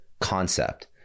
concept